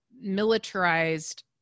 militarized